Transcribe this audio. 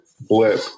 blip